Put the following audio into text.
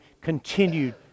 continued